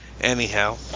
anyhow